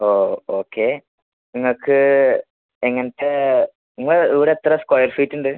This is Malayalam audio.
ഓ ഓക്കെ നിങ്ങൾക്ക് എങ്ങനത്തെ നിങ്ങൾ ഇവിടെ എത്ര സ്ക്വയർ ഫീറ്റ് ഉണ്ട്